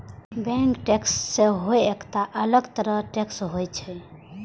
bank tax सेहो एकटा अलग तरह टैक्स होइ छै